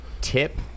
tip